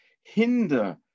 hinder